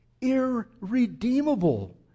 Irredeemable